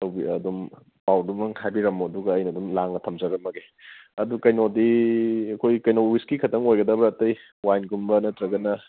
ꯇꯧꯕꯤꯌꯨ ꯑꯗꯨꯝ ꯄꯥꯎꯗꯨꯃ ꯍꯥꯏꯕꯤꯔꯝꯃꯣ ꯑꯗꯨꯒ ꯑꯩꯅ ꯑꯗꯨꯝ ꯂꯥꯡꯂꯒ ꯊꯝꯖꯔꯝꯃꯒꯦ ꯑꯗꯨ ꯀꯩꯅꯣꯗꯤ ꯑꯩꯈꯣꯏ ꯀꯩꯅꯣ ꯋꯤꯁꯀꯤ ꯈꯛꯇꯪ ꯑꯣꯏꯒꯗꯕ꯭ꯔꯥ ꯑꯇꯩ ꯋꯥꯏꯟꯒꯨꯝꯕ ꯅꯠꯇ꯭ꯔꯒꯅ